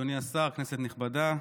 אדוני השר, כנסת נכבדה,